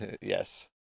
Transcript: Yes